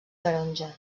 taronja